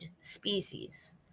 species